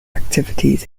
activities